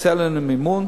חסר לנו מימון,